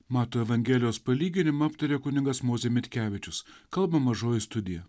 mato evangelijos palyginimą aptarė kunigas mozė mitkevičius kalba mažoji studija